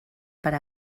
per